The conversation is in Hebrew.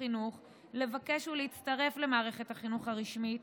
החינוך לבקש להצטרף למערכת החינוך הרשמית,